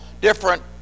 different